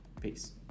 Peace